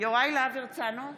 יוראי להב הרצנו,